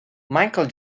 michael